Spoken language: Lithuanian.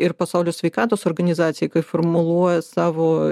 ir pasaulio sveikatos organizacija kai formuluoja savo